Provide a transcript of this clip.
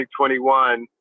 2021